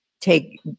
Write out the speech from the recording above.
take